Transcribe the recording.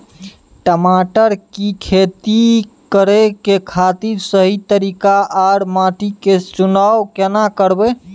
टमाटर की खेती करै के खातिर सही तरीका आर माटी के चुनाव केना करबै?